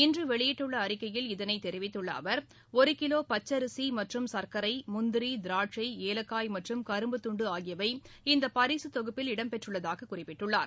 இன்று வெளியிட்டுள்ள அறிக்கையில் இதனைத் தெரிவித்துள்ள அவர் ஒரு கிலோ பச்சரிசி மற்றும் சர்க்கரை முந்திரி திராட்சை ஏலக்காய் மற்றும் கரும்புத்துண்டு இந்த பரிசுத் தொகுப்பில் இடம்பெற்றுள்ளதாக குறிப்பிட்டுள்ளார்